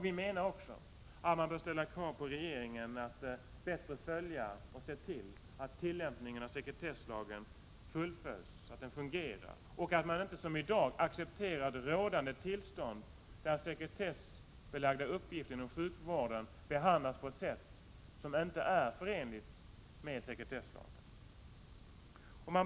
Vi menar också att man bör ställa krav på regeringen att den bättre skall följa tillämpningen av sekretesslagen så att den fungerar. Regeringen får inte som i dag acceptera det rådande tillstånd där sekretessbelagda uppgifter inom sjukvården behandlas på ett sätt som inte är förenligt med sekretesslagen.